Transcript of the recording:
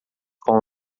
com